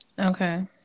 Okay